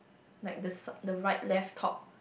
like the side the right left top